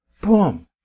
boom